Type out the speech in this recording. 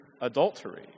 adultery